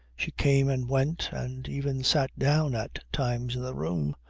she came and went and even sat down at times in the room,